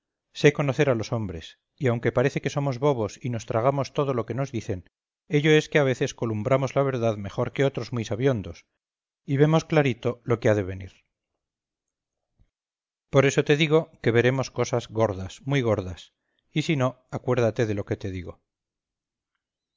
sé conocer a los hombres y aunque parece que somos bobos y nos tragamos todo lo que nos dicen ello es que a veces columbramos la verdad mejor que otros muy sabiondos y vemos clarito lo que ha de venir por eso te digo que veremos cosas gordas muy gordas y si no acuérdate de lo que te digo